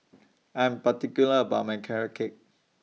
I Am particular about My Carrot Cake